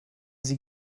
sie